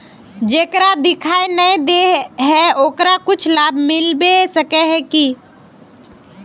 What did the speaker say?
जेकरा दिखाय नय दे है ओकरा कुछ लाभ मिलबे सके है की?